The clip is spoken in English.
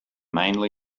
mainly